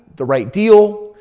the right deal.